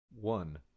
one